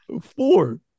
four